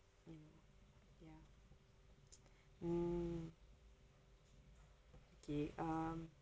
you know ya hmm okay um